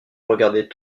regardait